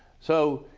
so,